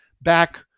back